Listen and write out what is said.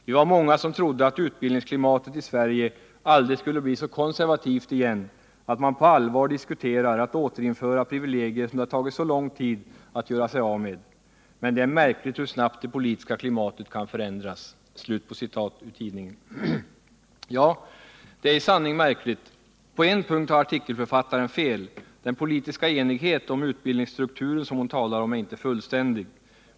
Vi var många som trodde att utbildningsklimatet i Sverige aldrig skulle bli så konservativt igen att man på allvar diskuterar att återinföra privilegier som det har tagit så lång tid att göra sig av med. Men det är märkligt hur snabbt det politiska klimatet kan förändras.” Ja, det är i sanning märkligt. På en punkt har artikelförfattaren fel: den politiska enighet om utbildningsstrukturen som hon talar om är inte fullständig.